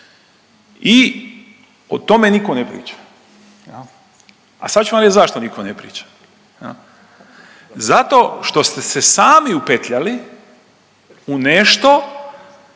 i o tome nitko ne priča. A sad ću vam reć zašto nitko ne priča. Zato što ste se sami upetljali u nešto